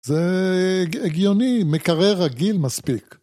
זה הגיוני, מקרר רגיל מספיק.